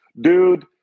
Dude